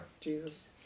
Jesus